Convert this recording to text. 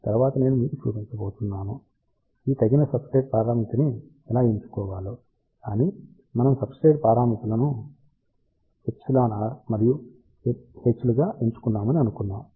తరువాత నేను మీకు చూపించబోతున్నాను ఈ తగిన సబ్స్ట్రేట్ పరామితిని ఎలా ఎంచుకోవాలో కాని మనం సబ్స్ట్రేట్ పారామితులనుగా εr మరియు h లను ఎంచుకున్నామని అనుకుందాం